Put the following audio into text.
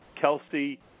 kelsey